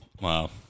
Wow